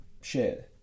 share